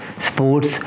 sports